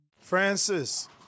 Francis